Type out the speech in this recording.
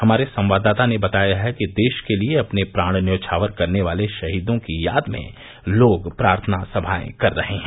हमारे संवाददाता ने बताया है कि देश के लिए अपने प्राण न्यौछावर करने वाले शहीदों की याद में लोग प्रार्थना सभाएं कर रहे हैं